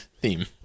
theme